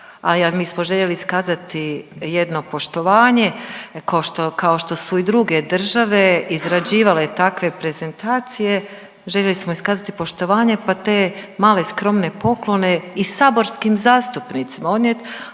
mi smo željeli iskazati jedno poštovanje, kao što su i druge države izrađivale takve prezentacije, željeli bismo iskazati poštovanje pa te male skromne poklone i saborskim zastupnicima odnijeti,